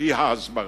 היא ההסברה.